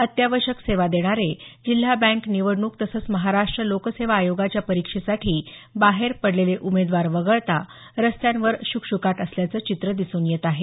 अत्यावश्यक सेवा देणारे जिल्हा बँक निवडणूक तसंच महाराष्ट्र लोकसेवा आयोगाच्या परीक्षेसाठी बाहेर पडलेले उमेदवार वगळता रस्त्यांवर श्कश्काट असल्याचं चित्र दिसून येत आहे